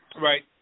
Right